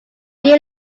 year